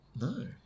No